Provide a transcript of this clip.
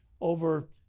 over